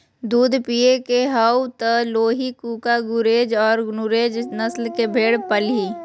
दूध पिये के हाउ त लोही, कूका, गुरेज औरो नुरेज नस्ल के भेड़ पालीहीं